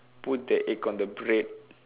put the egg on the bread